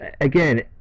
again